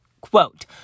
Quote